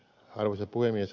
arvoisa puhemies